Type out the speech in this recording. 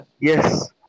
Yes